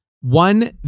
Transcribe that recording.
one